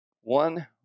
one